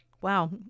Wow